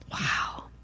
Wow